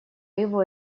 его